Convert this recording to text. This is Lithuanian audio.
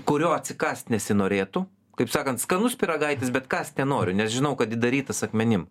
kurio atsikąst nesinorėtų kaip sakant skanus pyragaitis bet kąst nenoriu nes žinau kad įdarytas akmenim